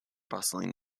bustling